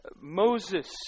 Moses